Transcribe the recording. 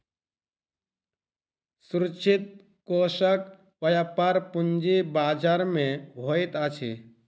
सुरक्षित कोषक व्यापार पूंजी बजार में होइत अछि